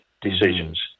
decisions